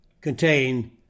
contain